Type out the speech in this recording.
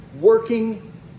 working